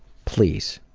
please.